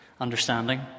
understanding